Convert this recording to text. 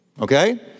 okay